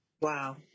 Wow